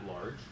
large